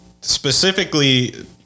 specifically